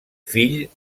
fill